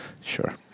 Sure